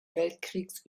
weltkriegs